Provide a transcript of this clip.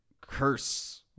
curse